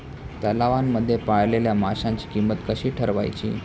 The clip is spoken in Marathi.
तलावांमध्ये पाळलेल्या माशांची किंमत कशी ठरवायची?